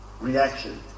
reaction